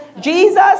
Jesus